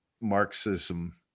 Marxism